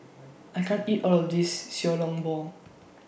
I can't eat All of This Xiao Long Bao